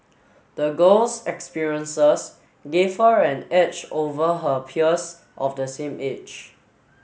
the girl's experiences gave her an edge over her peers of the same age